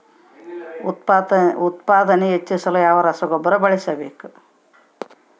ಉತ್ಪಾದನೆ ಹೆಚ್ಚಿಸಲು ಯಾವ ಗೊಬ್ಬರ ಬಳಸಬೇಕು?